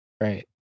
Right